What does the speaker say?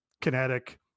kinetic